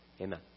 Amen